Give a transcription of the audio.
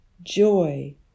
joy